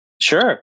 sure